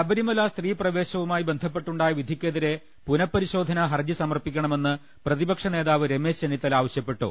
ശബരിമല സ്ത്രീപ്ര്യേശവുമായി ബന്ധപ്പെട്ടുണ്ടായ വിധിക്കെതിരെ പുനപരിശോധന ഹർജി സമർപ്പിക്കണമെന്ന് പ്രതിപക്ഷനേതാവ് രമേശ് ചെന്നിത്തല ആവശ്യപ്പെട്ടു